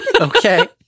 Okay